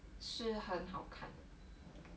是很好看的